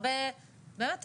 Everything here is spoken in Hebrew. באמת,